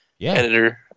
editor